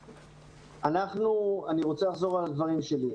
--- אני רוצה לחזור על הדברים שלי.